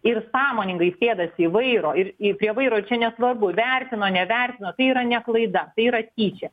ir sąmoningai sėdasi į vairo ir į prie vairo ir čia nesvarbu vertino nevertino tai yra ne klaida tai yra tyčia